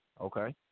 Okay